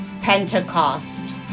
Pentecost